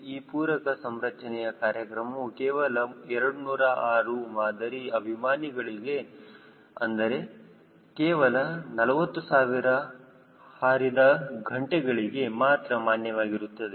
ಈ ಪೂರಕ ಸಂರಚನೆಯ ಕಾರ್ಯಕ್ರಮವು ಕೇವಲ 206 ಮಾದರಿ ಅಭಿಮಾನಿಗಳಿಗೆ ಅಂದರೆ ಕೇವಲ 40000 ಹಾರಿದ ಗಂಟೆಗಳಿಗೆ ಮಾತ್ರ ಮಾನ್ಯವಾಗಿರುತ್ತದೆ